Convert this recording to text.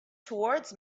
towards